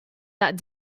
that